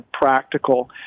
practical